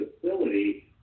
facility